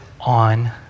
on